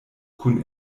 kun